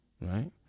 right